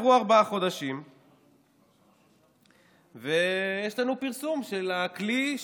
עברו ארבעה חודשים ויש לנו פרסום של הכלי.